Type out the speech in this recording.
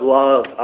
love